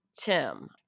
Tim